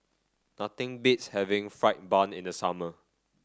nothing beats having fried bun in the summer